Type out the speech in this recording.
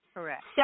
Correct